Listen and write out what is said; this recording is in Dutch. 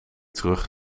terug